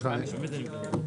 הם ביום עיון.